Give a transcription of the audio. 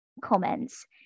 comments